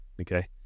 okay